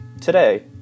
Today